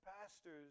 pastors